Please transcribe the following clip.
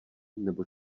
nebo